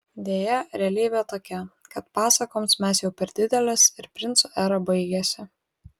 deja realybė tokia kad pasakoms mes jau per didelės ir princų era baigėsi